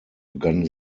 begann